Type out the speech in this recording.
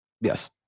Yes